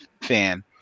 fan